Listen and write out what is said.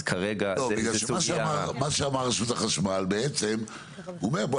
אז כרגע זאת סוגיה --- בעצם מרשות החשמל הוא אומר: בוא,